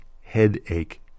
headache